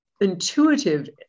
intuitive